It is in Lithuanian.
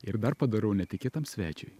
ir dar padarau netikėtam svečiui